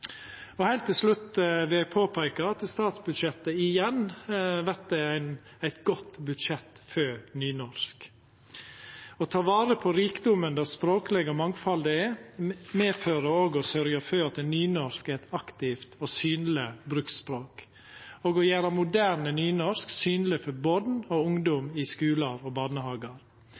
momskompensasjonsordninga. Heilt til slutt vil eg påpeika at statsbudsjettet igjen vert eit godt budsjett for nynorsk. Å ta vare på rikdomen det språklege mangfaldet er, fører òg med seg å sørgja for at nynorsk er eit aktivt og synleg bruksspråk, og å gjera moderne nynorsk synleg for barn og ungdom i skular og barnehagar.